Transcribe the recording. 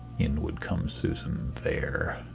in would come susan there,